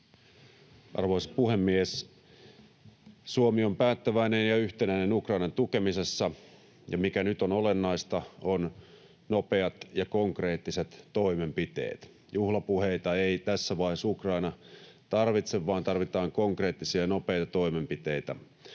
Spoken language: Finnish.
Arvoisa puhemies! Suomi on päättäväinen ja yhtenäinen Ukrainan tukemisessa, ja se, mikä nyt on olennaista, ovat nopeat ja konkreettiset toimenpiteet. Juhlapuheita ei tässä vaiheessa Ukraina tarvitse, vaan tarvitaan konkreettisia ja nopeita toimenpiteitä.